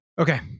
okay